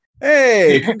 hey